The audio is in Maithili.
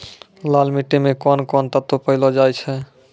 लाल मिट्टी मे कोंन कोंन तत्व पैलो जाय छै?